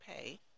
pay